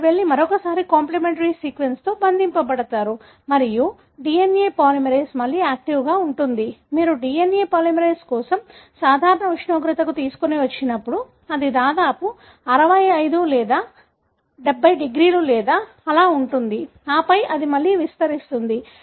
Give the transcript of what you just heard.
వారు వెళ్లి మరొకసారి కాంప్లిమెంటరీ సీక్వెన్స్తో బంధించబడతారు మరియు DNA పాలిమరేస్ మళ్లీ యాక్టివ్గా ఉంటుంది మీరు DNA పాలిమరేస్ కోసం సాధారణ ఉష్ణోగ్రతకి తీసుకువచ్చినప్పుడు అది దాదాపు 65 లేదా 70 డిగ్రీలు లేదా అలా ఉంటుంది ఆపై అది మళ్లీ విస్తరిస్తుంది